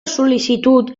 sol·licitud